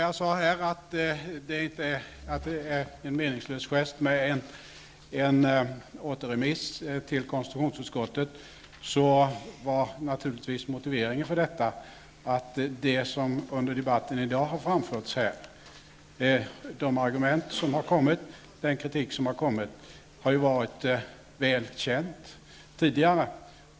Jag sade tidigare att en återremiss till konstitutionsutskottet skulle vara en meningslös gest, och motiveringen för detta var naturligtvis att de argument och den kritik som under debatten i dag har framförts är väl kända sedan tidigare.